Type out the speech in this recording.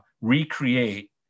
recreate